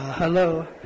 Hello